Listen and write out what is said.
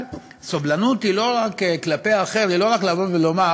אבל סובלנות כלפי האחר היא לא רק לבוא ולומר: